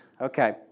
Okay